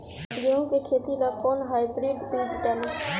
गेहूं के खेती ला कोवन हाइब्रिड बीज डाली?